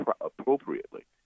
appropriately